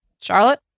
Charlotte